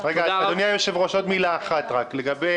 אדוני היושב-ראש, עוד מילה אחת רק לגבי